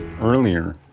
earlier